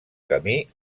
camí